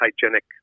hygienic